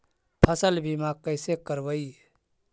फसल बीमा कैसे करबइ?